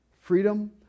Freedom